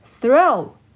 Throw